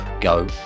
go